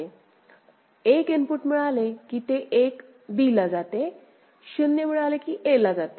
1 input मिळाले की ते 1 b ला जाते 0 मिळाले की a ला जाते